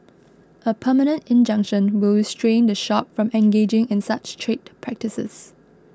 a permanent injunction will restrain the shop from engaging in such trade practices